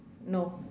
no